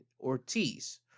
Ortiz